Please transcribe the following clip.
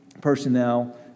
personnel